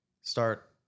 start